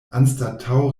anstataŭ